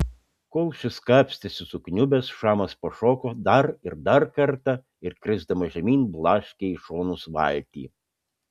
kol šis kapstėsi sukniubęs šamas pašoko dar ir dar kartą ir krisdamas žemyn blaškė į šonus valtį